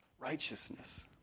righteousness